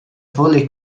fully